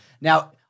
now